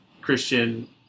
Christian